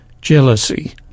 jealousy